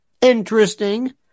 interesting